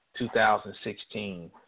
2016